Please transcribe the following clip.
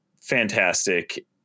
fantastic